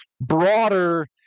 broader